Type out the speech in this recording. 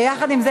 יחד עם זה,